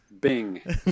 Bing